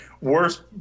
worst